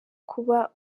kuba